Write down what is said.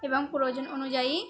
এবং প্রয়োজন অনুযায়ী